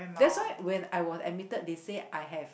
that's why when I was admitted they said I have